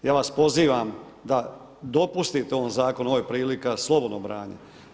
Ja vas pozivam da dopustite ovom zakonu, ovo je prilika, slobodno branje.